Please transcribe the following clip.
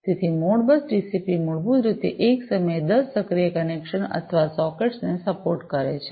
તેથી Modbus TCP મૂળભૂત રીતે એક સમયે 10 સક્રિય કનેક્શન્સ અથવા સોકેટ્સને સપોર્ટ કરે છે